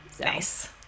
nice